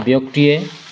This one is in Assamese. ব্যক্তিয়ে